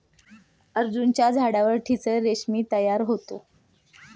अर्जुनाच्या झाडावर टसर रेशीम तयार होते